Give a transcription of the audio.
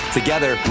together